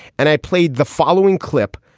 and i played the following clip.